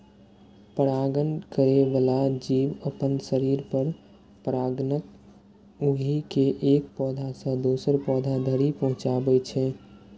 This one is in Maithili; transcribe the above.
परागण करै बला जीव अपना शरीर पर परागकण उघि के एक पौधा सं दोसर पौधा धरि पहुंचाबै छै